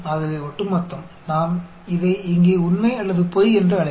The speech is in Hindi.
इसलिए क्युमुलेटिव तो हम इसे सही या गलत कह सकते हैं